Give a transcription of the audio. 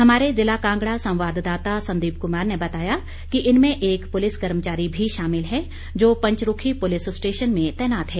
हमारे ज़िला कांगड़ा संवाददाता संदीप कुमार ने बताया कि इनमें एक पुलिस कर्मचारी भी शामिल है जो पंचरूखी पुलिस स्टेशन में तैनात है